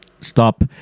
stop